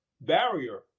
barrier